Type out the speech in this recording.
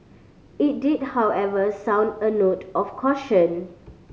it did however sound a note of caution